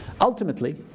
ultimately